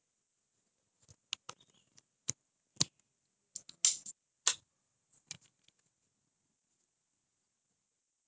eh why is it returning to me oh shit okay can you can continue